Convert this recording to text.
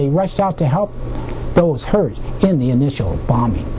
they rushed out to help those hurt in the initial bombing